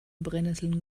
brennesseln